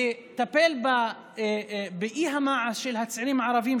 לטפל באי-מעש של הצעירים הערבים,